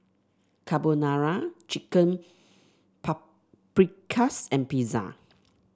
Carbonara Chicken Paprikas and Pizza